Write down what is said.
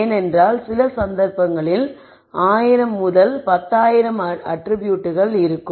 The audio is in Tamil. ஏனென்றால் சில சந்தர்ப்பங்களில் 1000 10000 அட்ரிபியூட்கள் உள்ளன